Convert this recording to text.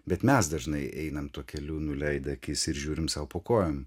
bet mes dažnai einam tuo keliu nuleidę akis ir žiūrim sau po kojom